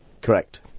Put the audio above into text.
Correct